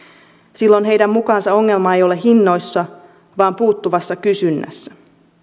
silloin heidän mukaansa ongelma ei ole hinnoissa vaan puuttuvassa kysynnässä